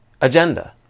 agenda